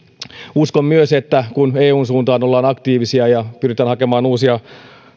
uskon myös että kun eun suuntaan ollaan aktiivisia ja pyritään hakemaan uusia